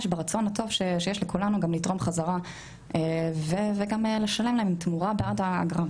ברצון הטוב שיש לכולנו גם לתרום חזרה וגם לשלם להן תמורה בעד האגרה,